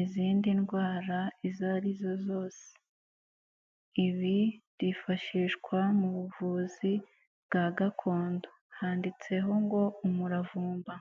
izindi ndwara izo ari zo zose. Ibi byifashishwa mu buvuzi bwa gakondo handitseho ngo umuravumba.